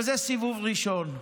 אבל זה סיבוב ראשון.